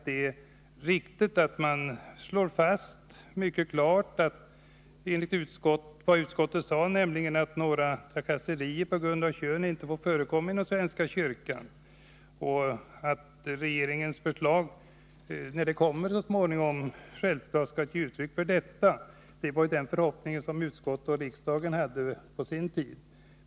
Det är riktigt att man mycket klart måste slå fast vad utskottet sade, nämligen att några trakasserier på grund av kön inte får förekomma inom svenska kyrkan och att regeringens förslag, när det så småningom kommer, självfallet skall ge uttryck för detta. Det var den förhoppningen som utskottet och riksdagen hade på sin tid.